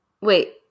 Wait